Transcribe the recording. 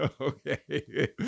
Okay